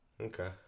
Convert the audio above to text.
Okay